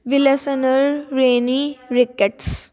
Villasenor ਰੇਨੀ ਰਿਕੈਟਸ